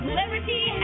liberty